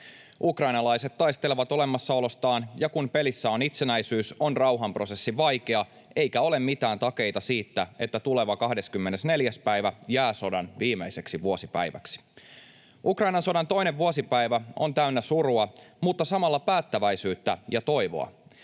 Ukrainalaiset taistelevat olemassaolostaan, ja kun pelissä on itsenäisyys, on rauhanprosessi vaikea eikä ole mitään takeita siitä, että tuleva 24. päivä jää sodan viimeiseksi vuosipäiväksi. Ukrainan sodan toinen vuosipäivä on täynnä surua mutta samalla päättäväisyyttä ja toivoa.